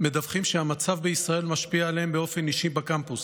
מדווחים שהמצב בישראל משפיע עליהם באופן אישי בקמפוס.